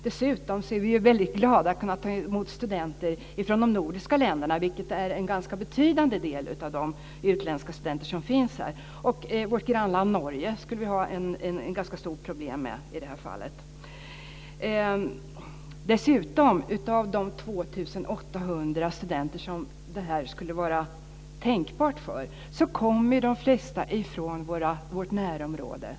Dessutom är vi glada för att ta emot studenter från de nordiska länderna, vilket är en ganska betydande del av de utländska studenter som finns här. Det skulle bli ett stort problem med vårt grannland Norge. Av de 2 800 studenter som detta skulle vara tänkbart för kommer de flesta från vårt närområde.